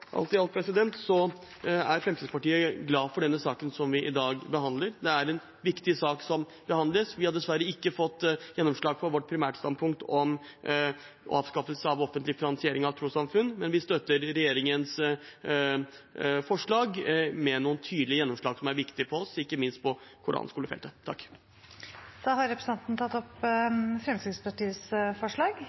Alt i alt er Fremskrittspartiet glad for den saken som vi i dag behandler. Det er en viktig sak som behandles. Vi har dessverre ikke fått gjennomslag for vårt primærstandpunkt om avskaffelse av offentlig finansiering av trossamfunn, men vi støtter regjeringens forslag, med noen tydelige gjennomslag som er viktig for oss, ikke minst på koranskolefeltet. Representanten Himanshu Gulati har tatt opp